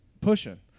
pushing